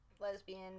lesbian